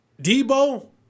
Debo